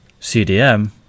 CDM